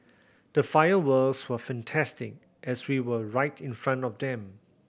the fireworks were fantastic as we were right in front of them